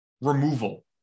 removal